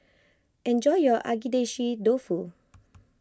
enjoy your Agedashi Dofu